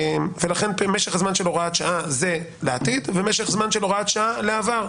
לכן משך הזמן של הוראת שעה זה לעתיד ומשך זמן של הוראת שעה לעבר.